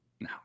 No